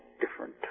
different